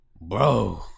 bro